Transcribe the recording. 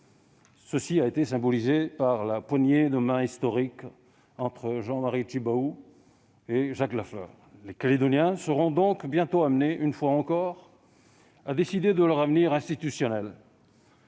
Cela a été symbolisé par la poignée de main historique entre Jean-Marie Tjibaou et Jacques Lafleur. Les Calédoniens seront donc bientôt amenés, une fois encore, à décider de leur avenir institutionnel.